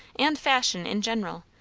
and fashion in general,